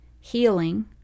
healing